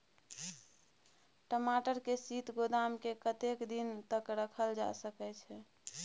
टमाटर के शीत गोदाम में कतेक दिन तक रखल जा सकय छैय?